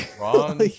Ron